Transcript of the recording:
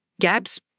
gaps